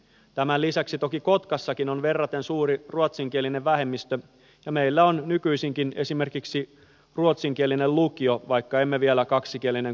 tämän lisäksi toki kotkassakin on verraten suuri ruotsinkielinen vähemmistö ja meillä on nykyisinkin esimerkiksi ruotsinkielinen lukio vaikka emme vielä kaksikielinen kunta olekaan